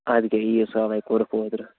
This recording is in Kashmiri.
اَدٕ کیٛاہ عیٖذ سالے کوٚرُکھ اوترٕ